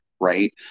Right